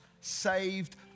saved